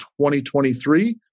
2023